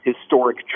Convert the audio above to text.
historic